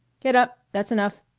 get up that's enough.